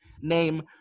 name